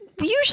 usually